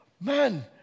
Man